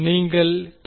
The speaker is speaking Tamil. நீங்கள் கே